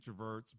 introverts